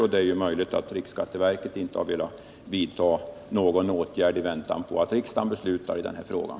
Det är möjligt att skälet till att riksskatteverket inte har velat vidta någon åtgärd är att man avvaktat att riksdagen skulle fatta beslut i den här frågan.